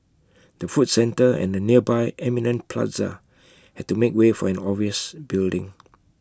the food centre and the nearby Eminent plaza had to make way for an office building